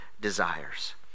desires